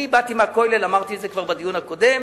אני באתי מהכולל, אמרתי את זה כבר בדיון הקודם,